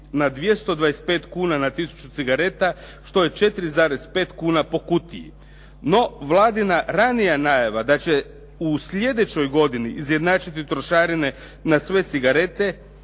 na 225 kuna na tisuću cigareta što je 4,5 kuna po kutiji. No, Vladina ranija najava da će u slijedećoj godini izjednačiti trošarine na sve cigarete